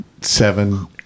seven